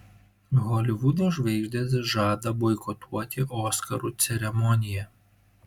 holivudo žvaigždės žada boikotuoti oskarų ceremoniją